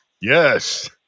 Yes